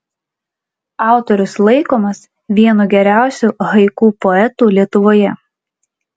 autorius laikomas vienu geriausiu haiku poetų lietuvoje